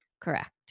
Correct